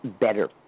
better